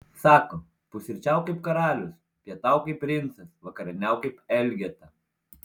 sako pusryčiauk kaip karalius pietauk kaip princas vakarieniauk kaip elgeta